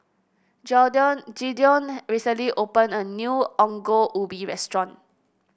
Gideon recently opened a new Ongol Ubi restaurant